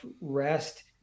rest